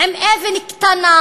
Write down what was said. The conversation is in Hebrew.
עם אבן קטנה,